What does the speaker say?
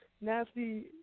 nasty